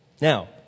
Now